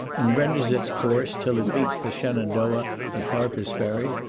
and renders its course, till it meets the shenandoah at harper's ferry,